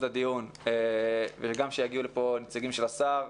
הדיון בכך שיגיעו לפה נציגים של השר,